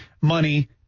money